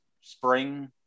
Spring